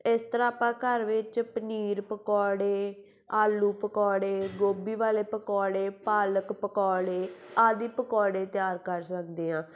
ਇਸ ਤਰ੍ਹਾਂ ਆਪਾਂ ਘਰ ਵਿੱਚ ਪਨੀਰ ਪਕੌੜੇ ਆਲੂ ਪਕੌੜੇ ਗੋਭੀ ਵਾਲੇ ਪਕੌੜੇ ਪਾਲਕ ਪਕੌੜੇ ਆਦਿ ਪਕੌੜੇ ਤਿਆਰ ਕਰ ਸਕਦੇ ਹਾਂ